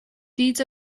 deeds